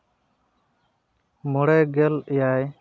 ᱢᱚᱬᱮᱜᱮᱞ ᱮᱭᱟᱭ